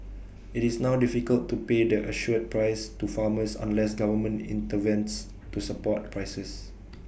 IT is now difficult to pay the assured price to farmers unless government intervenes to support prices